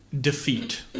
defeat